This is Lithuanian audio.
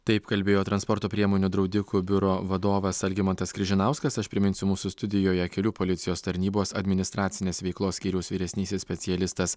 taip kalbėjo transporto priemonių draudikų biuro vadovas algimantas križinauskas aš priminsiu mūsų studijoje kelių policijos tarnybos administracinės veiklos skyriaus vyresnysis specialistas